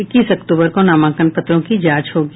इक्कीस अक्टूबर को नामांकन पत्रों की जांच होगी